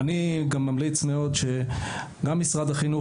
אני גם ממליץ מאוד שגם משרד החינוך